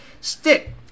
Stick